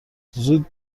زود